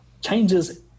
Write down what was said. changes